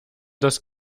das